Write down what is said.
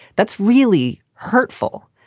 that's really hurtful.